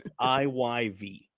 IYV